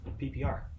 PPR